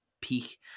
peak